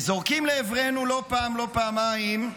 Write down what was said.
זורקים לעברנו לא פעם, לא פעמיים,